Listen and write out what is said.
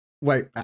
Wait